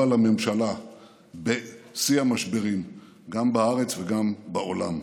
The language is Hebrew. לממשלה בשיא המשברים גם בארץ וגם בעולם.